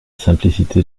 simplicité